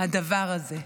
הדבר הזה?